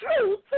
truth